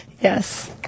Yes